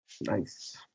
Nice